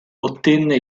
ottenne